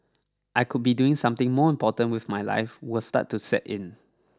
I could be doing something more important with my life will start to set in